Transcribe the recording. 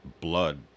blood